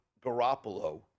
Garoppolo